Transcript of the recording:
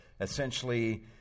essentially